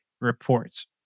reports